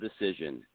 decision